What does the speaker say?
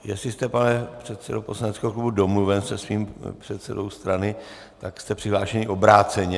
Jestli jste, pane předsedo poslaneckého klubu, domluven se svým předsedou strany, tak jste přihlášeni obráceně.